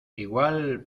igual